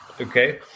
okay